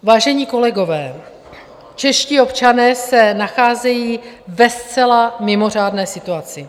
Vážení kolegové, čeští občané se nacházejí ve zcela mimořádné situaci.